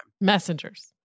Messengers